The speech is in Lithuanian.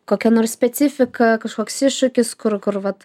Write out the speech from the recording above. kokia nors specifika kažkoks iššūkis kur kur vat